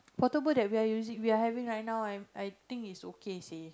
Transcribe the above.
portable that we are using we are having right now I think it's okay say